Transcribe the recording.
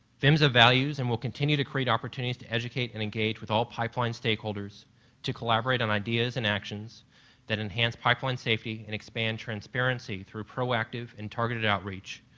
phmsa values and will continue to create opportunity to educate and engage with pipeline stakeholders to collaborate on ideas and actions that enhance pipeline safety and expand transparency through proactive and targeted outreach,